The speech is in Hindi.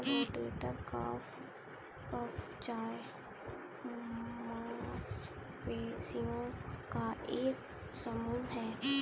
रोटेटर कफ चार मांसपेशियों का एक समूह है